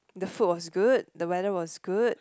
the food was good the weather was good